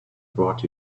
brought